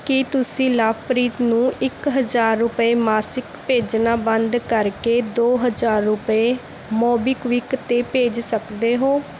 ਕੀ ਤੁਸੀਂ ਲਵਪ੍ਰੀਤ ਨੂੰ ਇੱਕ ਹਜ਼ਾਰ ਰੁਪਏ ਮਾਸਿਕ ਭੇਜਣਾ ਬੰਦ ਕਰਕੇ ਦੋ ਹਜ਼ਾਰ ਰੁਪਏ ਮੋਬੀਕਵਿਕ 'ਤੇ ਭੇਜ ਸਕਦੇ ਹੋ